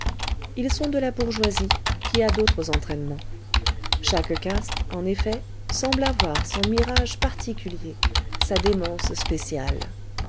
ils sont de la bourgeoisie qui a d'autres entraînements chaque caste en effet semble avoir son mirage particulier sa démence spéciale